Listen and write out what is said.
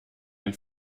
den